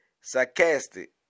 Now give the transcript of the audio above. sarcastic